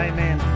Amen